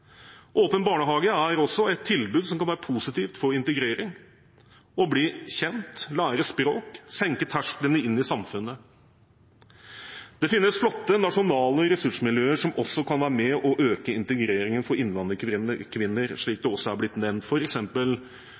Åpen barnehage er også et tilbud som kan være positivt for integrering: å bli kjent, lære språk, senke tersklene inn i samfunnet. Det finnes flotte nasjonale ressursmiljøer som også kan være med på å øke integreringen for innvandrerkvinner, slik det også er blitt nevnt,